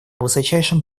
высочайшим